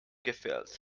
gefehlt